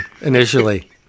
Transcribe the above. initially